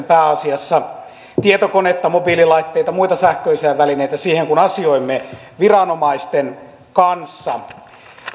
pääasiassa tietokonetta mobiililaitteita muita sähköisiä välineitä siihen kun asioimme viranomaisten kanssa